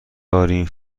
داریم